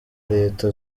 leta